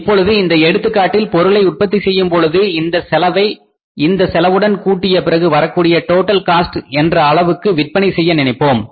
இப்பொழுது இந்த எடுத்துக்காட்டில் பொருளை உற்பத்தி செய்யும் பொழுது இந்த செலவை இந்த செலவுடன் கூட்டிய பிறகு வரக்கூடிய டோட்டல் காஸ்ட் என்ற அளவுக்கு விற்பனை செய்ய நினைப்போம்